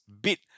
bit